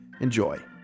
Enjoy